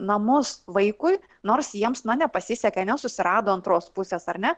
namus vaikui nors jiems na nepasisekė nesusirado antros pusės ar ne